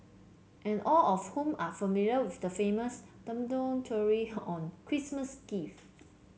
and all of whom are familiar with the famous Dumbledore theory on Christmas gifts